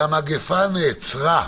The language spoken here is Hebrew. והמגפה נעצרה.